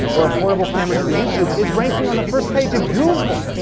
or affordable cameras for youtube, is ranking on the first page of google!